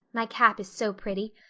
my cap is so pretty.